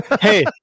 Hey